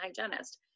hygienist